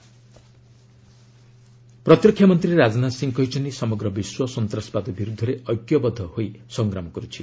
ରାଜନାଥ ସିଂହ ପ୍ରତିରକ୍ଷା ମନ୍ତ୍ରୀ ରାଜନାଥ ସିଂହ କହିଛନ୍ତି ସମଗ୍ର ବିଶ୍ୱ ସନ୍ତାସବାଦ ବିରୁଦ୍ଧରେ ଐକ୍ୟବଦ୍ଧ ହୋଇ ସଂଗ୍ରାମ କରୁଛି